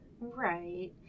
right